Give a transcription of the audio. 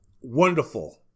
Wonderful